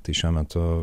tai šiuo metu